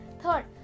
Third